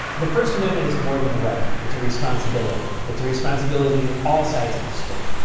the first amendment is more than a right, it's a responsibility. it's a responsibility get all sides of the story.